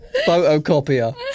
photocopier